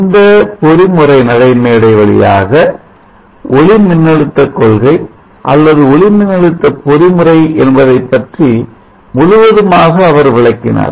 இந்த பொறிமுறை நடைமேடை வழியாக ஒளிமின்னழுத்த கொள்கை அல்லது ஒளிமின்னழுத்த பொறிமுறை என்பதை பற்றி முழுவதுமாக அவர் விளக்கினார்